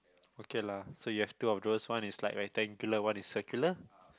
okay lah so you have two of those one is like rectangular one is circular